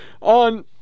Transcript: on